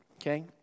Okay